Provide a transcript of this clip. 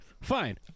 Fine